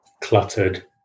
cluttered